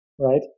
right